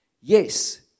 yes